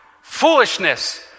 Foolishness